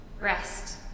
rest